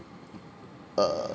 err